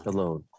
Alone